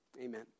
amen